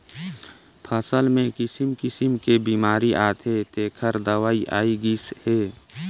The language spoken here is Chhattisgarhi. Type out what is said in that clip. फसल मे किसिम किसिम के बेमारी आथे तेखर दवई आये गईस हे